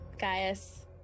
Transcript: Gaius